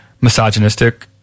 misogynistic